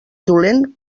dolent